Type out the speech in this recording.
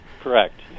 Correct